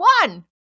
One